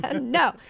no